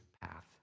path